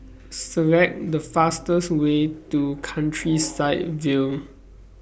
Select The fastest Way to Countryside View